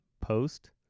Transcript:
post